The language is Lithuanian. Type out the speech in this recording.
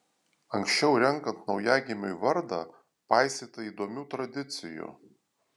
anksčiau renkant naujagimiui vardą paisyta įdomių tradicijų